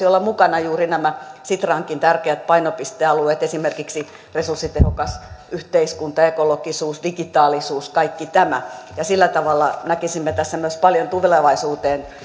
olla mukana juuri nämä sitrankin tärkeät painopistealueet esimerkiksi resurssitehokas yhteiskunta ekologisuus digitaalisuus kaikki tämä ja sillä tavalla näkisimme tässä myös paljon tulevaisuuteen